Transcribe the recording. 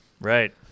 Right